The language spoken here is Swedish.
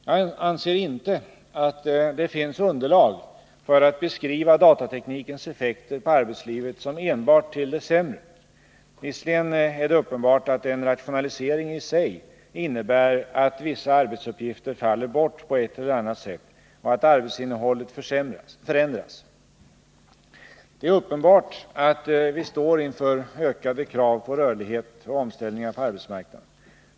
Jag anser inte att det finns underlag för att beskriva datateknikens effekter på arbetslivet som enbart till det sämre. Visserligen är det uppenbart att en rationalisering i sig innebär att vissa arbetsuppgifter faller bort på ett eller annat sätt och att arbetsinnehållet förändras. Det är uppenbart att vi står inför ökade krav på rörlighet och omställningar på arbetsmarknaden.